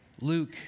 Luke